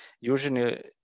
usually